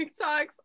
TikToks